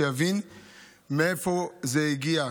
שיבין מאיפה זה הגיע,